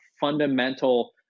fundamental